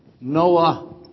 Noah